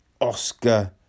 Oscar